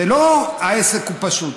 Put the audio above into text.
זה לא עסק פשוט.